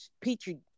petri